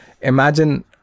imagine